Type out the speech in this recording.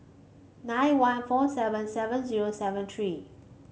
nine one four seven seven zero seven three